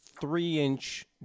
three-inch